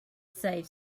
saved